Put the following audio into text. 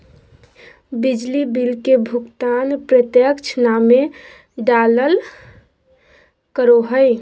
बिजली बिल के भुगतान प्रत्यक्ष नामे डालाल करो हिय